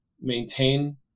maintain